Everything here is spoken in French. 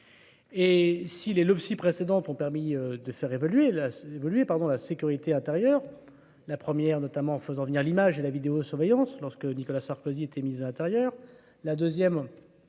Et si les Loppsi précédentes ont permis de faire évoluer la pardon, la sécurité intérieure, la première, notamment en faisant venir l'image et la vidéosurveillance surveillance lorsque Nicolas Sarkozy était ministre de l'Intérieur, la deuxième